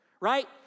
Right